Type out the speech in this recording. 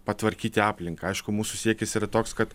patvarkyti aplinką aišku mūsų siekis yra toks kad